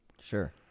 Sure